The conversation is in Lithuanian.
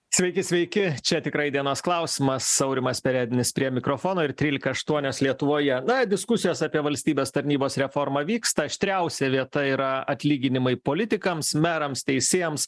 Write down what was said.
sveiki sveiki čia tikrai dienos klausimas aurimas perednis prie mikrofono ir trylika aštuonios lietuvoje diskusijos apie valstybės tarnybos reformą vyksta aštriausia vieta yra atlyginimai politikams merams teisėjams